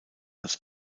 als